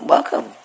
Welcome